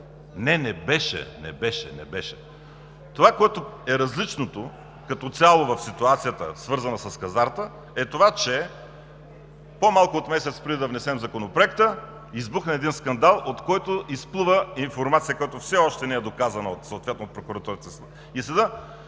Не, не беше, не беше, не беше. Това, което е различно като цяло в ситуацията, свързана с хазарта, е, че по-малко от месец преди да внесем Законопроекта избухна скандал, от който изплува информацията, която съответно все още не е доказана от прокуратурата